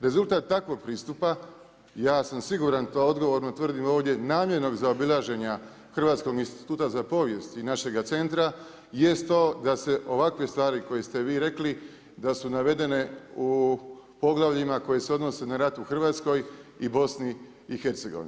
Rezultat takvog pristupa, ja sam siguran i to odgovorno tvrdim ovdje, namjernog zaobilaženja Hrvatskog instituta za povijest i našeg centra jest to da se ovakve stvari koje ste vi rekli, da su navedeni u poglavljima koji se odnose na ratu u Hrvatskoj i BIH.